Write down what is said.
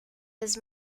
his